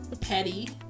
petty